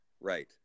Right